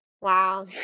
wow